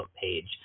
page